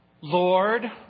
Lord